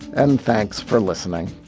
and thanks for listening